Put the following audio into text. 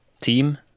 team